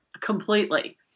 completely